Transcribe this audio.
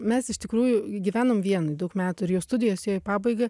mes iš tikrųjų gyvenom vienoj daug metų ir jau studijos ėjo į pabaigą